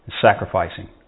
Sacrificing